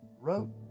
wrote